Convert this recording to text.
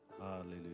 Hallelujah